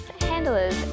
handlers